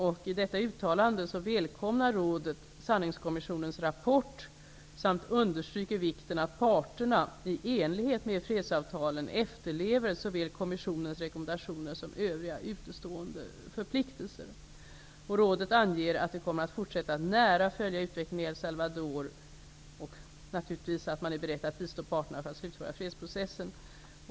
I detta uttalande välkomnar rådet sanningskommissionens rapport samt understryker vikten av att parterna i enlighet med fredsavtalen efterlever såväl kommissionens rekommendationer som övriga utestående förpliktelser. Rådet anger att det kommer att fortsätta att nära följa utvecklingen i El Salvador och att man naturligtvis är beredd att bistå parterna för att slutföra fredsprocessen.